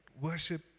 worship